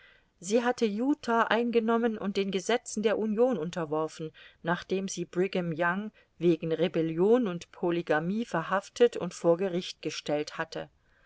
sie hatte utah eingenommen und den gesetzen der union unterworfen nachdem sie brigham young wegen rebellion und polygamie verhaftet und vor gericht gestellt hatte